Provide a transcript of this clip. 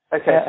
okay